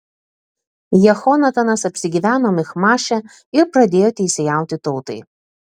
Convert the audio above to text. jehonatanas apsigyveno michmaše ir pradėjo teisėjauti tautai